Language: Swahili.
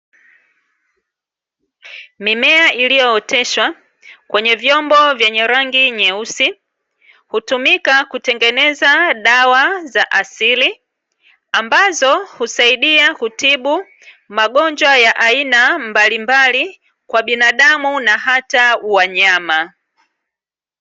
Mimea iliyooteshwa kwenye vyombo vyenye rangi nyeusi, hutumika kutengeneza dawa za asili ambazo husaidia kutibu magonjwa ya aina mbalimbali, kwa binadamu na hata wanyama.